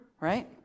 right